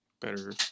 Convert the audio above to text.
better